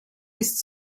ist